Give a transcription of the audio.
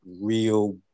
real